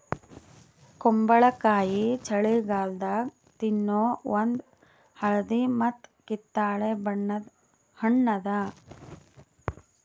ಕುಂಬಳಕಾಯಿ ಛಳಿಗಾಲದಾಗ ತಿನ್ನೋ ಒಂದ್ ಹಳದಿ ಮತ್ತ್ ಕಿತ್ತಳೆ ಬಣ್ಣದ ಹಣ್ಣ್ ಅದಾ